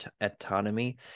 autonomy